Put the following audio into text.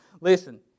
listen